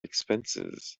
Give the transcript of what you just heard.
expenses